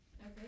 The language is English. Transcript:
okay